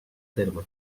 terme